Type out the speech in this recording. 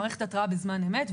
מערכת התרעה בזמן אמת.